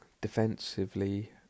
Defensively